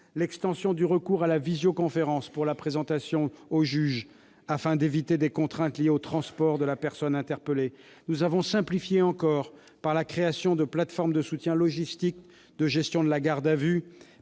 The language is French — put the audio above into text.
l'extension du recours à la visioconférence pour la présentation au juge, afin d'éviter les contraintes liées au transport de la personne interpellée. Nous avons simplifié encore par la création de plateformes de soutien logistique de gestion de la garde à vue,